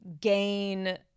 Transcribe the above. gain